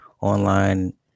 online